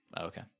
okay